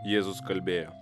jėzus kalbėjo